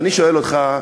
ואני שואל אותך,